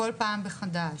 כל פעם מחדש,